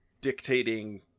dictating